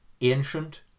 ancient